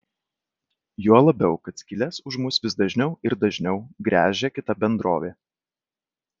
juo labiau kad skyles už mus vis dažniau ir dažniau gręžia kita bendrovė